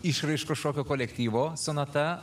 išraiškos šokio kolektyvo sonata